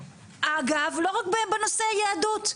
אגב, לא רק בנושא יהדות.